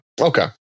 Okay